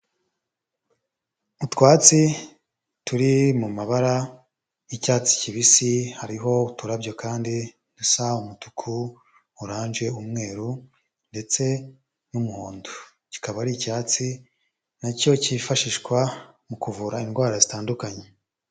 Utwatsi turi mu mabara y'icyatsi kibisi, hariho uturabyo kandi dusa umutuku, oranje, umweru ndetse n'umuhondo, kikaba ari icyatsi na cyo kifashishwa mu kuvura indwara zitandukanye.